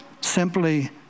simply